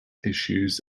issues